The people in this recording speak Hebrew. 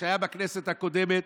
בכנסת הקודמת.